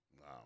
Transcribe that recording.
Wow